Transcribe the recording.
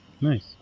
Nice